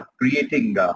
creating